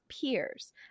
peers